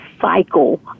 cycle